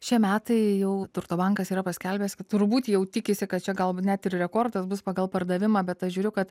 šie metai jau turto bankas yra paskelbęs kad turbūt jau tikisi kad čia gal net ir rekordas bus pagal pardavimą bet aš žiūriu kad